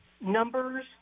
numbers